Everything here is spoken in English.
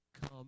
come